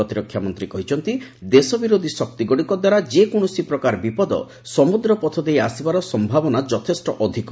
ପ୍ରତିରକ୍ଷା ମନ୍ତ୍ରୀ କହିଛନ୍ତି ଦେଶ ବିରୋଧୀ ଶକ୍ତିଗୁଡ଼ିକ ଦ୍ୱାରା ଯେକୌଣସି ପ୍ରକାର ବିପଦ ସମ୍ବଦ୍ପଥ ଦେଇ ଆସିବାର ସମ୍ଭାବନା ଯଥେଷ୍ଟ ଅଧିକ